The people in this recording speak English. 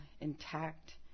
intact